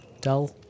dull